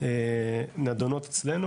נדונות אצלנו,